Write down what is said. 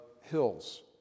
hills